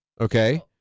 okay